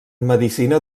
medicina